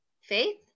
Faith